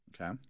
Okay